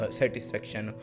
satisfaction